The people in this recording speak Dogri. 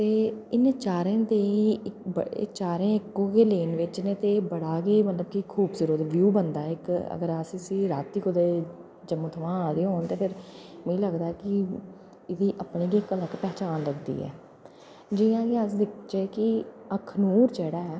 इ'यां चारों दी इ'यां चारों गै इक्कै लाईन बिच्च न ते मतलब बड़ा गै इक्क खूबसूरत व्यूह् बनदा ऐ इक्क अगर अस रातीं कुदै जम्मू थमां आए दे होन मिगी लगदा कि एह्दी अपनी गै इक्क अलग पहचान लगदी ऐ जि'यां कि अस दिक्खचै कि अखनूर जेह्ड़ा ऐ